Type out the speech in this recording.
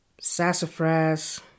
Sassafras